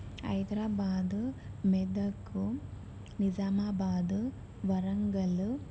Hyderabad Medak Nizamabad Warangal